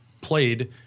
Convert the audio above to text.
played